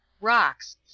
rocks